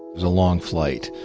was a long flight.